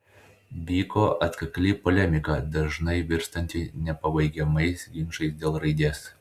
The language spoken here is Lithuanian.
vyko atkakli polemika dažnai virstanti nepabaigiamais ginčais dėl raidės